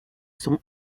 sont